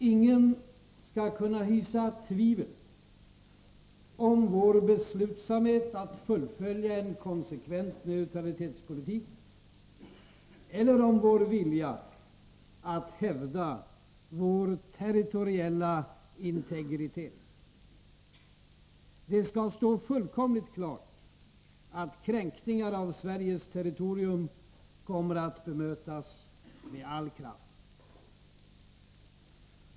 Ingen skall kunna hysa tvivel om vår beslutsamhet att fullfölja en konsekvent neutralitetspolitik eller om vår vilja att hävda vår territoriella integritet. Det skall stå fullkomligt klart att kränkningar av Sveriges territorium kommer att bemötas med all kraft.